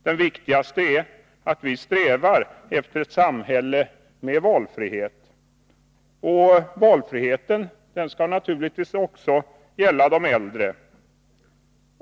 Det viktigaste är att vi strävar efter ett samhälle med valfrihet. Valfriheten skall naturligtvis också gälla de äldre.